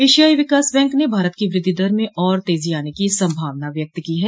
एशियाई विकास बैंक ने भारत की वृद्धि दर मे और तेजी आने की संभावना व्यक्त की है